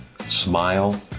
smile